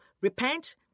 repent